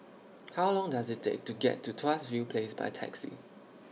How Long Does IT Take to get to Tuas View Place By Taxi